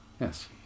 Yes